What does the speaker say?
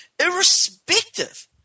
irrespective